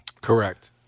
Correct